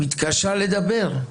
מתקשה לדבר.